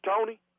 Tony